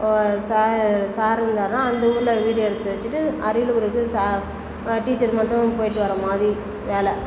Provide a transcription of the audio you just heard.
சா சார் இருந்தாருன்னா அந்த ஊரில் வீடு எடுத்து வச்சிட்டு அரியலூருக்கு சார் டீச்சர் மட்டும் போய்ட்டு வர மாதிரி வேலை